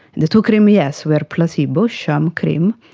the two creams, yes, were placebo, sham creams,